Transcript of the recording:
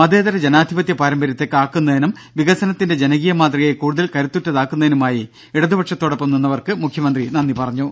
മതേതര ജനാധിപത്യ പാരമ്പര്യത്തെ കാക്കുന്നതിനും വികസനത്തിന്റെ ജനകീയ മാതൃകയെ കരുത്തുറ്റതാക്കുന്നതിനുമായി കൂടുതൽ ഇടത്പക്ഷത്തോടൊപ്പം നിന്നവർക്ക് മുഖ്യമന്ത്രി നന്ദി പറഞ്ഞു